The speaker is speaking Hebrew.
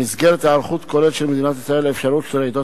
במסגרת היערכות כוללת של מדינת ישראל לאפשרות של רעידת